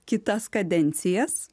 kitas kadencijas